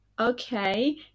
okay